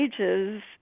ages